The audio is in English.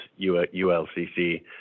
ULCC